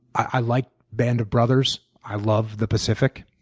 i like band of brothers. i love the pacific.